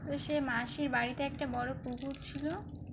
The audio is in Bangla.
তো সে মাসির বাড়িতে একটা বড় পুকুর ছিল